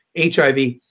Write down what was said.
HIV